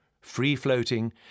Free-floating